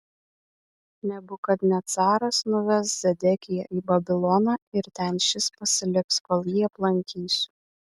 nebukadnecaras nuves zedekiją į babiloną ir ten šis pasiliks kol jį aplankysiu